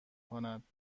کند